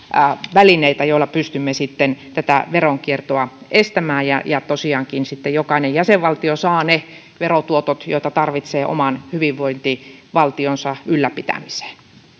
välineitä joilla pystymme tätä veronkiertoa estämään ja ja tosiaankin sitten jokainen jäsenvaltio saa ne verotuotot joita tarvitsee oman hyvinvointivaltionsa ylläpitämiseen